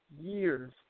years